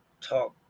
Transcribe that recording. talk